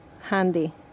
handy